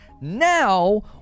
Now